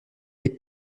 les